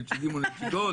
נציגים ונציגות.